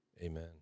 Amen